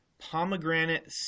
Pomegranate